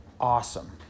Awesome